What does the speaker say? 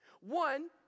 One